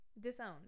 disowned